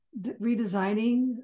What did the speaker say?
redesigning